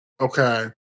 Okay